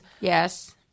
Yes